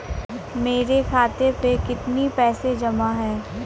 मेरे खाता में कितनी पैसे जमा हैं?